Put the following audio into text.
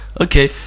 Okay